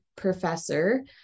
professor